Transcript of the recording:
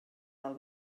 del